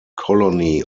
colony